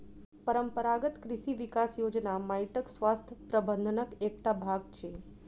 परंपरागत कृषि विकास योजना माइटक स्वास्थ्य प्रबंधनक एकटा भाग अछि